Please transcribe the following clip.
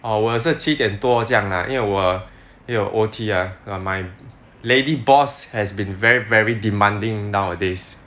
我也是七点多这样 ah 因为我 O_T ah my lady boss has been very very demanding nowadays